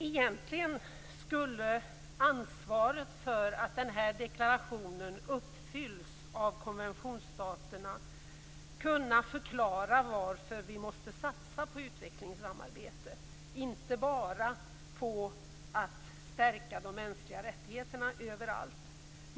Egentligen skulle ansvaret för att deklarationen uppfylls av konventionsstaterna kunna förklara varför vi måste satsa på utvecklingssamarbete, inte bara på att stärka de mänskliga rättigheterna överallt.